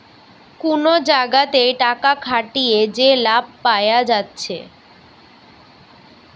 কুনো জাগাতে টাকা খাটিয়ে যে লাভ পায়া যাচ্ছে